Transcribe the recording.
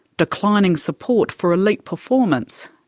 declining support for elite performance,